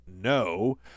no